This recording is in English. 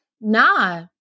nah